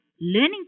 Learning